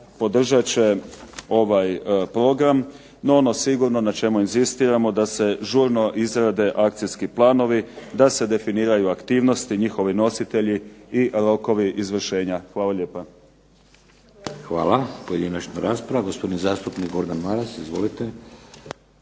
podržat će ovaj program. No ono sigurno na čemu inzistiramo da se žurno izrade akcijski planovi, da se definiraju aktivnosti, njihovi nositelji i rokovi izvršenja. Hvala lijepa. **Šeks, Vladimir (HDZ)** Hvala. Pojedinačna rasprava gospodin zastupnik Gordan Maras. Izvolite.